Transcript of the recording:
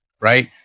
right